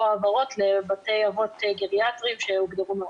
העברות לבתי אבות גריאטריים שהוגדרו מראש.